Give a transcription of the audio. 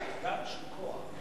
גל של כוח.